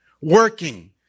working